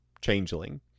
changeling